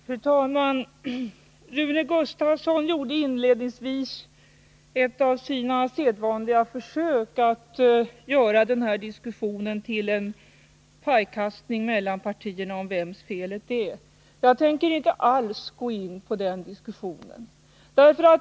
Fru talman! Rune Gustavsson gjorde inledningsvis ett av sina sedvanliga försök att göra den här diskussionen till en pajkastning mellan partierna om vems felet är, men jag tänker inte alls gå in på den saken.